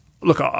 look